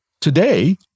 Today